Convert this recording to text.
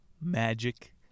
magic